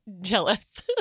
jealous